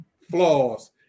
flaws